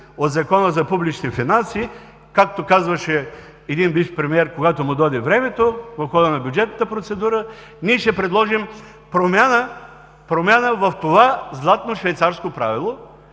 от Закона за публичните финанси, както казваше един бивш премиер „когато му дойде времето“, в хода на бюджетната процедура ще предложим промяна в това златно швейцарско правило.